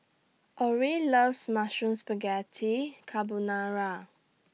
Orrie loves Mushroom Spaghetti Carbonara